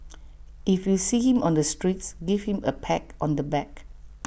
if you see him on the streets give him A pat on the back